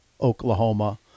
Oklahoma